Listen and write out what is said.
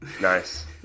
Nice